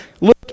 look